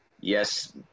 Yes